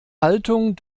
haltung